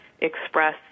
express